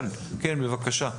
כן, בבקשה.